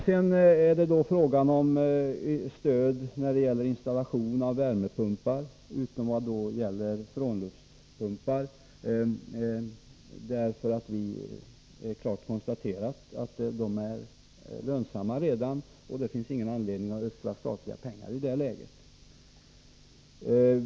Sedan är det fråga om stöd för installation av värmepumpar utom när det gäller frånluftspumpar — vi har klart kunnat konstatera att de redan är lönsamma, och det finns ingen anledning att i det läget ödsla statliga pengar.